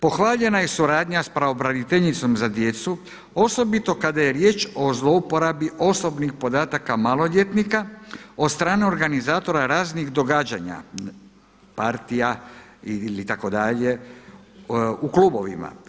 Pohvaljena je suradnja s pravobraniteljicom za djecu, osobito kada je riječ o zlouporabi osobnih podataka maloljetnika od strane organizatora raznih događanja, partija itd. u klubovima.